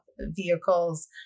vehicles